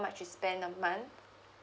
how much you spend a month